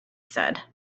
said